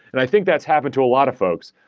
and i think that's happened to a lot of folks.